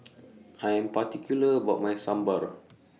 I Am particular about My Sambar